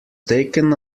taken